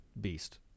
beast